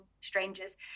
strangers